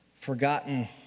forgotten